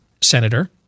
senator